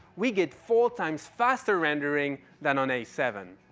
we get four times faster rendering than on a seven.